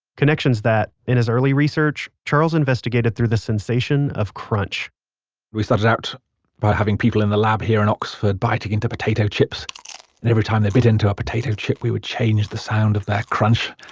connections that, in his early research, charles investigated through the sensation of crunch we started out by having people in the lab here in oxford biting into potato chips and every time they bit into a potato chip we would change the sound of their crunch.